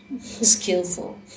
skillful